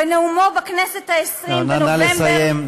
בנאומו בכנסת ב-20, נא לסיים.